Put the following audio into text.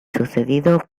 sucedido